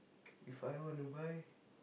if I want to buy